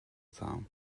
town